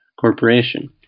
corporation